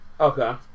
Okay